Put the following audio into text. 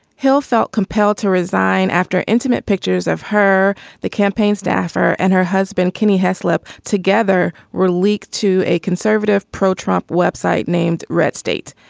hill felt compelled to resign after intimate pictures of her the campaign staffer and her husband kenny heslop together were leaked to a conservative pro trump web site named red state.